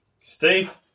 Steve